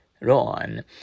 Ron